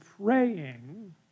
praying